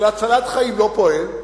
של הצלת חיים, לא פועל,